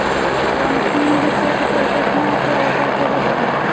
Pumping set पर केतना के ऑफर चलत बा?